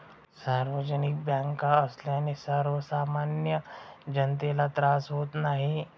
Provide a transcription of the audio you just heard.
सार्वजनिक बँका असल्याने सर्वसामान्य जनतेला त्रास होत नाही